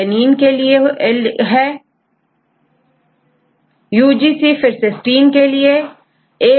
ACG को फिरUGC को फिरUGC यह CYSTINE के लिए हैं